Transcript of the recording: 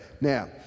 Now